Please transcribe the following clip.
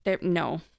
No